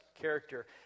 character